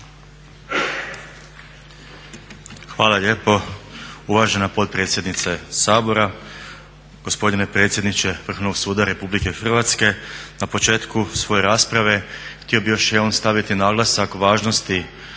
Hvala lijepo uvažena potpredsjednice Sabora. Gospodine predsjedniče Vrhovnog suda RH. Na početku svoje rasprave htio bih još jednom staviti naglasak važnosti